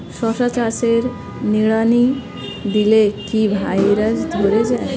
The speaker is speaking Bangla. শশা চাষে নিড়ানি দিলে কি ভাইরাস ধরে যায়?